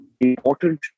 important